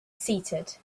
seated